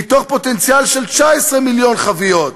מפוטנציאל של 19 מיליון חביות.